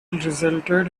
resulted